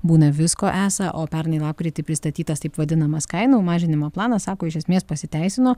būna visko esą o pernai lapkritį pristatytas taip vadinamas kainų mažinimo planas sako iš esmės pasiteisino